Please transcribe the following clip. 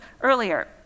earlier